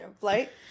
flight